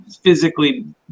physically